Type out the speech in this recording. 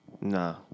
Nah